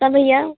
तब भैया